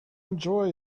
enjoy